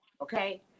okay